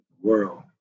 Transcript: world